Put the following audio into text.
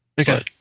Okay